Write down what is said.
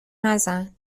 نزن